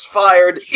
fired